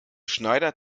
schneider